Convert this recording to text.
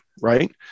right